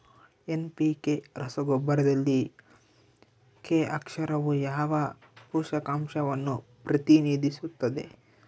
NPK ರಸಗೊಬ್ಬರದಲ್ಲಿ K ಅಕ್ಷರವು ಯಾವ ಪೋಷಕಾಂಶವನ್ನು ಪ್ರತಿನಿಧಿಸುತ್ತದೆ?